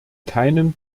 keinem